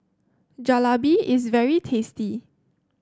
jalebi is very tasty